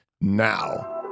now